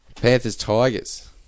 Panthers-Tigers